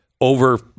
over